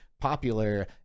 popular